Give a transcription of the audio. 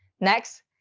next,